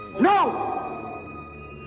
No